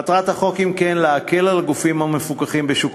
מטרת החוק היא אם כן להקל על הגופים המפוקחים בשוק